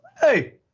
Hey